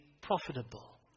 profitable